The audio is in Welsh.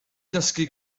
dysgu